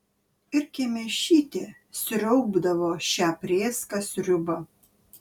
ir kemėšytė sriaubdavo šią prėską sriubą